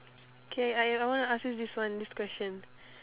okay I I wanna ask you this one this question